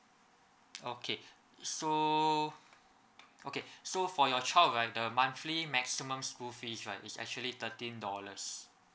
okay so okay so for your child right the monthly maximum school fees right is actually thirteen dollars